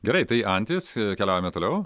greitai tai antis keliaujame toliau